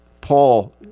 Paul